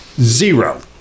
Zero